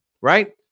Right